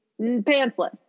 pantsless